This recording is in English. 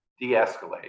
de-escalate